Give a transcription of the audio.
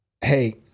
hey